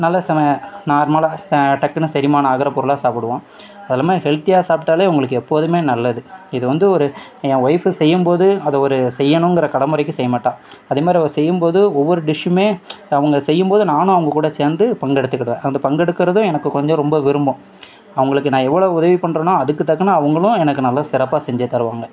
நல்ல சமையல் நார்மலாக டக்குன்னு செரிமானம் ஆகிற பொருளாக சாப்பிடுவோம் அதில்லாம ஹெல்த்தியாக சாப்பிட்டாலே உங்களுக்கு எப்போதுமே நல்லது இது வந்து ஒரு ஏன் ஒய்ஃபு செய்யும்போது அதை ஒரு செய்யணுங்கிற கடமுறைக்கி செய்யமாட்டாள் அதேமாரி அவள் செய்யும்போது ஒவ்வொரு டிஷ்ஷுமே அவங்க செய்யும்போது நானும் அவங்ககூட சேர்ந்து பங்கெடுத்துக்கிடுவேன் அந்த பங்கெடுக்கிறதும் எனக்கு கொஞ்சம் ரொம்ப விருப்பும் அவங்களுக்கு நான் எவ்வளோ உதவி பண்ணுறனோ அதுக்கு தக்க அவங்களும் எனக்கு நல்ல சிறப்பாக செஞ்சு தருவாங்க